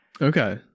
Okay